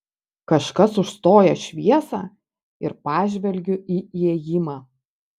kažkas užstoja šviesą ir pažvelgiu į įėjimą